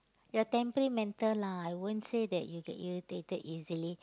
you're temperamental lah I won't say that you get irritated easily